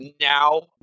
Now